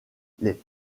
les